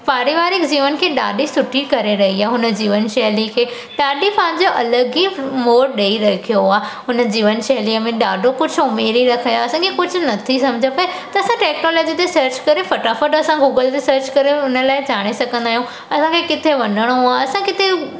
पारिवारिक जीवन खे ॾाढी सुठी करे रही आहे हुन जीवन शैली खे ॾाढी पंहिंजो अलॻि ई मोड़ ॾई रखियो आहे हुन जीवन शैलीअ में ॾाढो कुझु उमेरे रखियो टेक्नोलॉजी असांखे कुझु न थी समझ पए त असां टेक्नोलॉजी ते सर्च करे फटाफट असां गूगल ते सर्च करे हुन लाइ चाणे सघंदा आहियूं असांखे किथे वञिणो आहे असां किथे